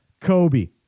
Kobe